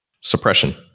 Suppression